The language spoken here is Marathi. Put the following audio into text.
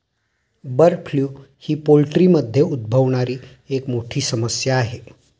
बर्ड फ्लू ही पोल्ट्रीमध्ये उद्भवणारी एक मोठी समस्या आहे